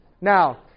Now